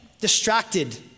distracted